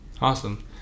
Awesome